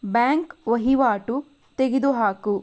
bank ವಹಿವಾಟು ತೆಗೆದುಹಾಕು